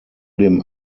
dem